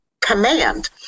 command